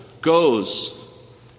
goes